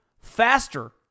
faster